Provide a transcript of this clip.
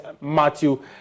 Matthew